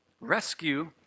Rescue